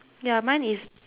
ya mine is